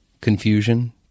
Confusion